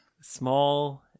small